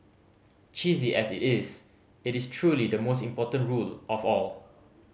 cheesy as it is it is truly the most important rule of all